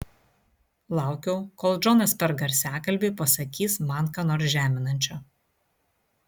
laukiau kol džonas per garsiakalbį pasakys man ką nors žeminančio